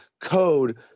code